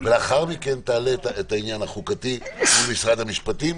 ולאחר מכן תעלה את העניין החוקתי מול משרד המשפטים,